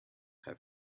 have